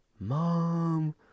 mom